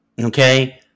Okay